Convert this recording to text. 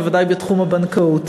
בוודאי בתחום הבנקאות.